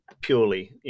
purely